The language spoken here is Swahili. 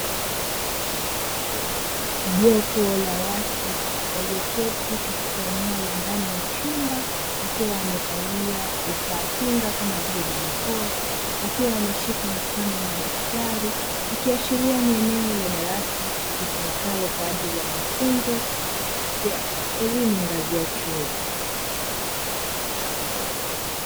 Jopo la watu walioketi katika eneo la ndani ya chumba, wakiwa wamevalia vifaa kinga kama vile barakoa, wakiwa wameshika mifano ya madaftari, ikiashiria ni eneo la darasa litumikalo kwaajili ya mafunzo ya elimu ngazi ya chuo.